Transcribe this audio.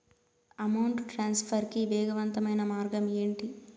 amount transfer కి వేగవంతమైన మార్గం ఏంటి